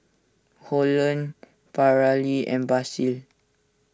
Holland Paralee and Basil